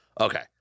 Okay